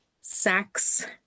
sex